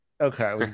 Okay